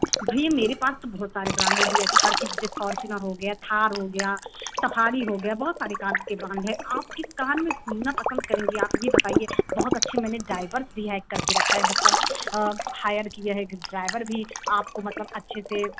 भैया मेरे पास तो बहुत सारे ब्रांड है वी आई पी कार की जैसे फोरचूनर हो गया थार हो गया सफारी हो गया बहुत सारे कार्स की ब्रांड है आपक किस कार में घूमना पसंद करेंगे आप ये बताइए बहुत अच्छे मैंने ड्राइवर्स भी हैक करके रखा है मतलब हायर किए हैं ड्राइवर भी आपको मतलब अच्छे से